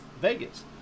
Vegas